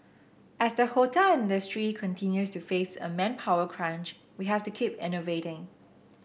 as the hotel industry continues to face a manpower crunch we have to keep innovating